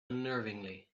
unnervingly